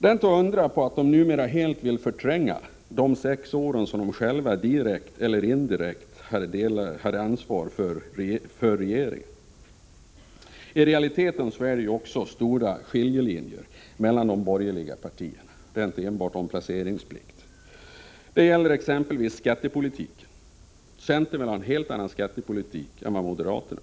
Det är inte att undra på att de numera helt vill förtränga de sex år då de själva direkt eller indirekt hade ansvar för regeringen. I realiteten är det också stora skiljelinjer mellan de borgerliga partierna, och det gäller inte enbart placeringsplikten. Det gäller exempelvis skattepolitiken. Centern vill ha en helt annan skattepolitik än moderaterna.